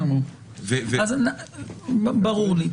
ברור לי.